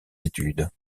études